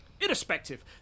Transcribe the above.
Irrespective